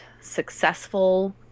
successful